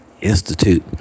Institute